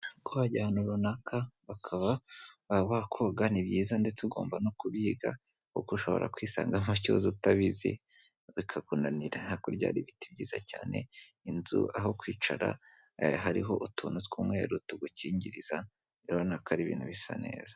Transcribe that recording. Kubajyana runaka bakaba ba koga ni byiza ndetse ugomba no kubyiga kuko ushobora kwisanga nka kibazo utabizi bikakunanira hakurya ibiti byiza cyane inzu aho kwicara hariho utuntu tw'umweru tugukingiriza, urabona ko ari ibintu bisa neza.